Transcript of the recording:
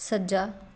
ਸੱਜਾ